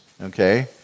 Okay